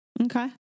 Okay